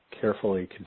carefully